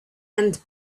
and